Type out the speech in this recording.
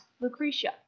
Lucretia